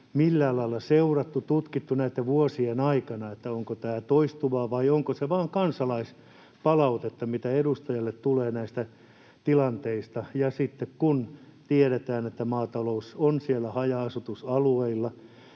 millään lailla seurattu, tutkittu näitten vuosien aikana, onko tämä toistuvaa vai onko se vain kansalaispalautetta, mitä edustajille tulee näistä tilanteista. Ja sitten, kun tiedetään, että maatalous on siellä haja-asutusalueilla,